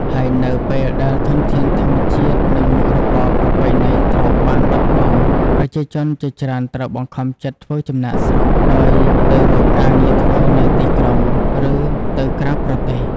ហើយនៅពេលដែលធនធានធម្មជាតិ និងមុខរបរប្រពៃណីត្រូវបានបាត់បង់ ប្រជាជនជាច្រើនត្រូវបង្ខំចិត្តធ្វើចំណាកស្រុក ដោយទៅរកការងារធ្វើនៅទីក្រុង ឬទៅក្រៅប្រទេស។